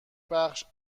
بخش